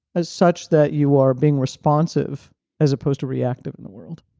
as such that you are being responsive as opposed to reactive in the world